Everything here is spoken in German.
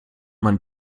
man